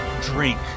drink